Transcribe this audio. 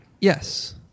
Yes